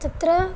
तत्र